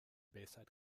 bayside